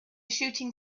shooting